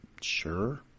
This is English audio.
sure